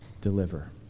deliver